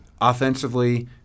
Offensively